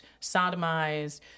sodomized